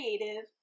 creative